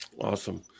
Awesome